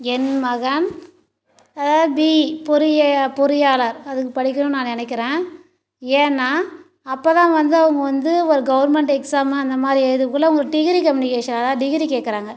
என் மகன் அதாவது பிஇ பொறிய பொறியாளர் அதுக்கு படிக்கணும்னு நான் நினக்கிறேன் ஏன்னா அப்போ தான் வந்து அவங்க வந்து ஒரு கவர்மெண்ட் எக்ஸாமு அந்தமாதிரி எழுத குள்ளே ஒரு டிகிரி காமினிக்கேஷன் அதாவது டிகிரி கேட்குறாங்க